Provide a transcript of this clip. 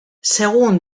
según